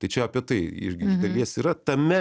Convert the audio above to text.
tai čia apie tai irgi iš dalies yra tame